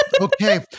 Okay